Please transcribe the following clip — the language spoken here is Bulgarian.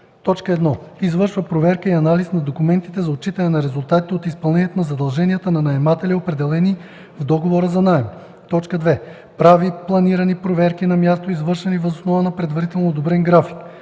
1. извършва проверка и анализ на документите за отчитане на резултатите от изпълнението на задълженията на наемателя, определени в договора за наем; 2. прави планирани проверки на място, извършвани въз основа на предварително одобрен график;